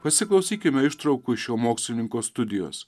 pasiklausykime ištraukų iš šio mokslininko studijos